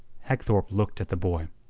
hagthorpe looked at the boy.